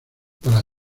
para